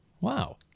Wow